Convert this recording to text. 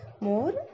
more